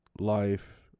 life